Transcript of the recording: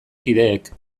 kideek